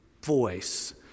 voice